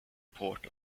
port